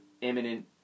imminent